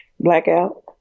blackout